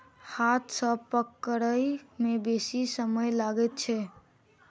हाथ सॅ पकड़य मे बेसी समय लगैत छै